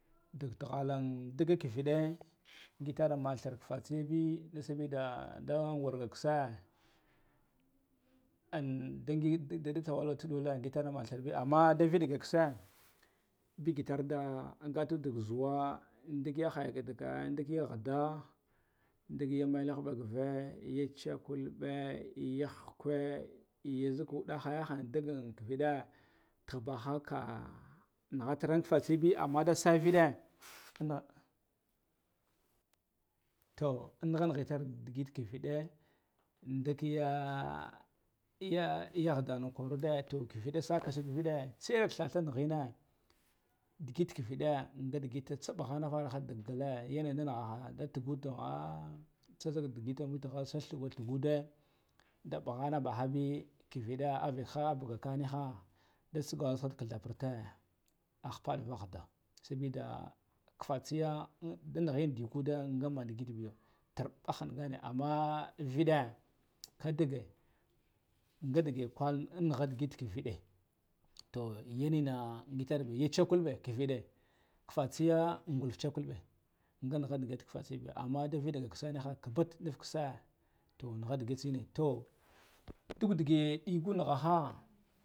Dige tighala kiviɗe nga gitaha manthir fatsya be da sabida da ngurga kitse da ginɗe tunula gagitar da mantir be, amma daviɗga kisa digitar da gatu dugu zuwa dig yahaya nghagda ɗigyamal ɗive chakulbe ya hakuw ya zuk wnaha wunah digal kivinah amman dasa hinah. Toh annaganitar tar kivinah ndiya nghaddana kwaruda toh kivinaɗ sakazeg nviɗa tsarik thath nigena digi kiviɗa gadigital tsamuhanah varaha digela yenah danighaha datugutugh tsazidigital wutigh duguɗa wutigh tsalauwe duguta, damughana dahabi kivinah avaha bugaka niha basugalha tigila ɓarta ahabanva nghagda sabi da fatsiya danigh diluwda gamagi turb ahangane, amman viɗah kadigi ga digikwal annival kiviɗah toh yanina gitar be ya chikulɓe kiviɗah fatsiya, amman da viɗga kitsa nigath kubut nivi kitsa toh nigha ganigh nighbe.